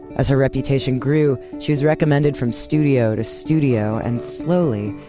as her reputation grew, she was recommended from studio to studio and slowly,